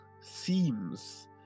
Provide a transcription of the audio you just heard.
seems